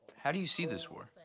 how do you see this war?